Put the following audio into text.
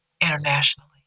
internationally